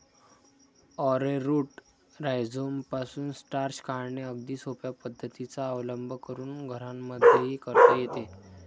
arrowroot राईझोमपासून starch काढणे अगदी सोप्या पद्धतीचा अवलंब करून घरांमध्येही करता येते